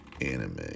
anime